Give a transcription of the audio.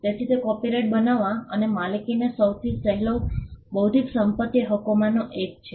તેથી તે કોપિરાઇટ બનાવવા અને તેની માલિકીનો સૌથી સહેલો બૌદ્ધિક સંપત્તિ હકોમાંનો એક છે